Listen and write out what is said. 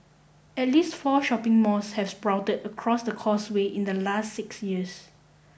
at least four shopping malls have sprouted across the Causeway in the last six years